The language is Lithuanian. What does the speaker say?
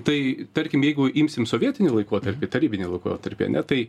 tai tarkim jeigu imsim sovietinį laikotarpį tarybinį laikotarpį ane tai